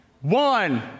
One